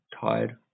tired